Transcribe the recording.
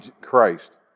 Christ